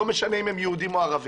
לא משנה אם הם יהודים או ערבים.